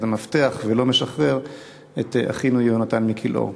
המפתח ולא משחרר את אחינו יהונתן מכלאו.